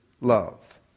love